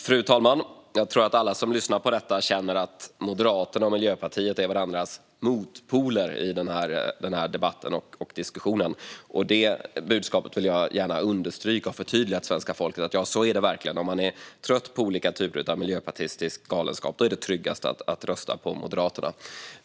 Fru talman! Jag tror att alla som lyssnar på detta känner att Moderaterna och Miljöpartiet är varandras motpoler i den här debatten och diskussionen. Det budskapet vill jag gärna understryka och förtydliga för svenska folket, för så är det verkligen. Om man är trött på olika typer av miljöpartistisk galenskap är det tryggast att rösta på Moderaterna.